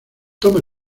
toma